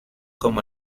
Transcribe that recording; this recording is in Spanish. como